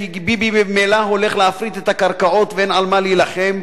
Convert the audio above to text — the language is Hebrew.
כי ביבי ממילא הולך להפריט את הקרקעות ואין על מה להילחם.